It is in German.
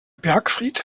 bergfried